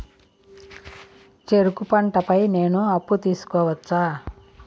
చెరుకు పంట పై నేను అప్పు తీసుకోవచ్చా?